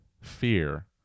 fear